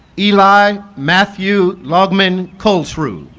eli matthew lagem and kolsrud